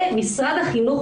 במשרד החינוך,